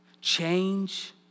change